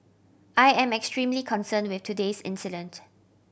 I am extremely concerned with today's incident